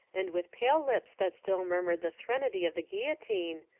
and with pale lips that still murmured the threnody of the guillotine,